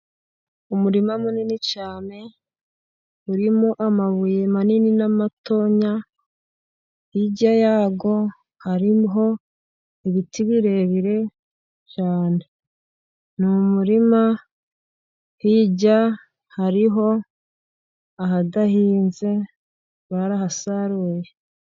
Umurima munini cyane, urimo amabuye manini n'amato. Hijya yawo hari ibiti birebire cyane, ni umurima hirya hariho ahadahinze barahasaruye.